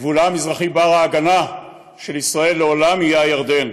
גבולה המזרחי בר-ההגנה של ישראל לעולם יהיה הירדן,